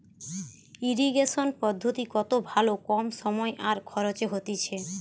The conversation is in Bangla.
ইরিগেশন পদ্ধতি কত ভালো কম সময় আর খরচে হতিছে